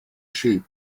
sheep